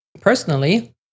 personally